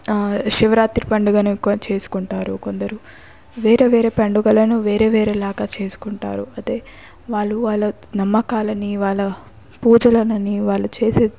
శివరాత్రి పండుగని ఎక్కువ చేసుకుంటారు కొందరు వేరే వేరే పండగలను వేరే వేరే లాగా చేసుకుంటారు అదే వాళ్ళు వాళ్ళ నమ్మకాలని వాళ్ళ పూజలను అని వాళ్ళు చేసే